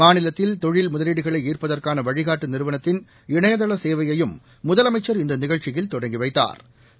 மாநிலத்தில் தொழில் முதலீடுகளை ஈள்ப்பதற்காள வழிகாட்டு நிறுவனத்தின் இணையதள சேவையையும் முதலமைச்சா் இந்த நிகழ்ச்சியில் தொடங்கி வைத்தாா்